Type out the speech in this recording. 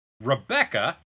Rebecca